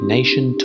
Nation